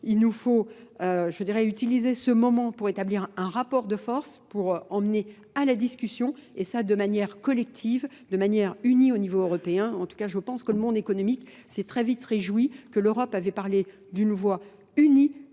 il nous faut utiliser ce moment pour établir un rapport de force pour emmener à la discussion et ça de manière collective, de manière unie au niveau européen. En tout cas, je pense que le monde économique s'est très vite réjoui que l'Europe avait parlé d'une voie unie,